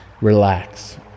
relax